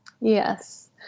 yes